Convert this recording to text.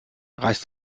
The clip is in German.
reiß